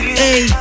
hey